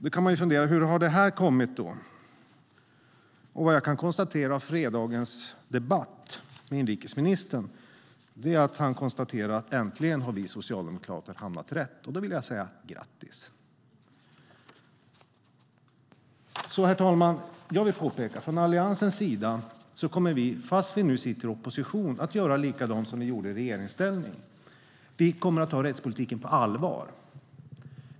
Man kan ju fundera på hur det här har kommit till, och det jag kan konstatera efter fredagens debatt med inrikesministern är att han menar att Socialdemokraterna äntligen har hamnat rätt. Då vill jag säga: Grattis! Herr talman! Jag vill påpeka att vi från Alliansens sida, trots att vi nu sitter i opposition, kommer att göra likadant som vi gjorde i regeringsställning. Vi kommer att ta rättspolitiken på allvar.